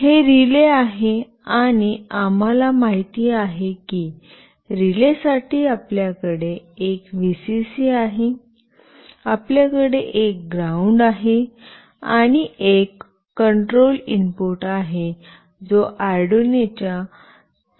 हे रिले आहे आणि आम्हाला माहिती आहे की रिलेसाठी आपल्याकडे एक व्हिसीसी आहे आपल्याकडे एक ग्राउंड आहे आणि एक कंट्रोल इनपुट आहे जो आर्डिनो च्या पिन 7 शी जोडलेला आहे